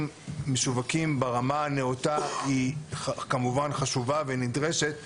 ברמה הנאותה היא כמובן חשובה ונדרשת,